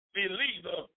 believer